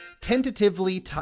tentatively